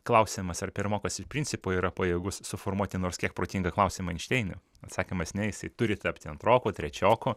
klausiamas ar pirmokas iš principo yra pajėgus suformuoti nors kiek protingą klausimą enšteinui atsakymas ne jisai turi tapti antroku trečioku